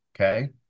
okay